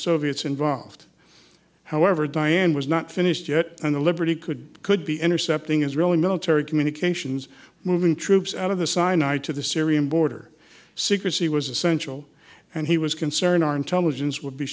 soviets involved however diane was not finished yet and the liberty could could be intercepting israeli military communications moving troops out of the sinai to the syrian border secrecy was essential and he was concerned our intelligence would be